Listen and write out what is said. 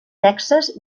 texas